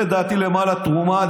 זה, לדעתי, למען התרומה.